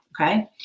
Okay